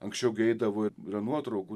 anksčiau gi eidavo yra nuotraukų